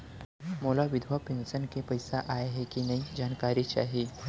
मोला विधवा पेंशन के पइसा आय हे कि नई जानकारी चाही?